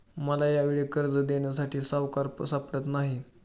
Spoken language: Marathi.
मला यावेळी कर्ज देण्यासाठी सावकार सापडत नाही